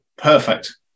Perfect